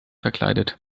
verkleidet